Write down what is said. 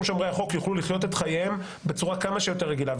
שומרי החוק יוכלו לחיות את חייהם בצורה כמה שיותר רגילה,